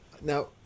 Now